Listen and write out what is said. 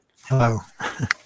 Hello